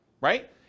right